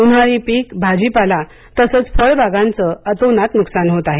उन्हाळी पिक भाजीपाला तसेच फळाबागांचे अतोनात नुकसान होत आहे